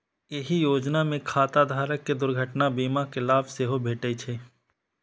एहि योजना मे खाता धारक कें दुर्घटना बीमा के लाभ सेहो भेटै छै